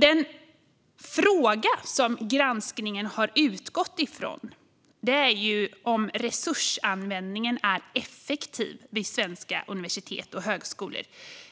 Den fråga som granskningen har utgått från är om resursanvändningen är effektiv vid svenska universitet och högskolor